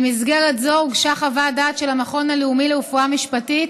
במסגרת זו הוגשה חוות דעת של המכון הלאומי לרפואה משפטית,